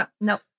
no